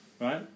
right